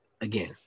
again